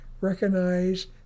recognize